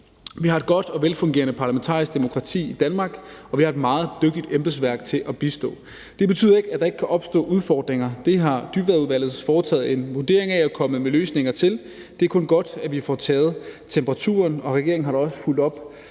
Vi har et godt og velfungerende parlamentarisk demokrati i Danmark, og vi har et meget dygtigt embedsværk til at bistå. Det betyder ikke, at der ikke kan opstå udfordringer. Det har Dybvadudvalget foretaget en vurdering af og er kommet med løsninger til. Det er kun godt, at vi får taget temperaturen, og regeringen har da også fulgt op